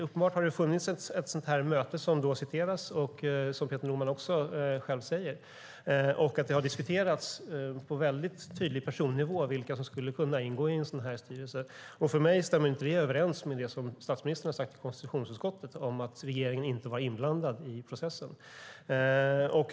Uppenbart har det funnits ett sådant möte som citeras, och som Peter Norman också själv säger, och att det har diskuterats på mycket tydlig personnivå vilka som skulle kunna ingå i en sådan styrelse. För mig stämmer det inte överens med det som statsministern har sagt i konstitutionsutskottet om att regeringen inte var inblandad i processen.